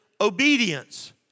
obedience